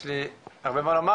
יש לי הרבה מה לומר,